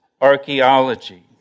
archaeology